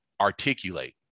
articulate